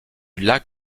lac